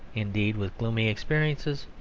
indeed, with gloomy experiences,